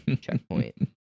checkpoint